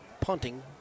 punting